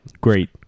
great